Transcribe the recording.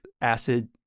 acid